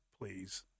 please